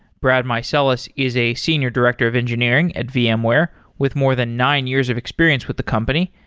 brad meiseles is a senior director of engineering at vmware with more than nine years of experience with the company.